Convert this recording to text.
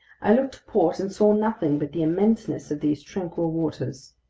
i looked to port and saw nothing but the immenseness of these tranquil waters.